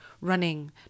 running